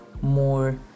more